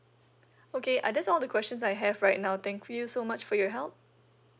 okay uh that's all the questions I have right now thank you so much for your help